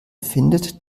findet